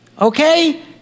Okay